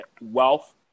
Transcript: wealth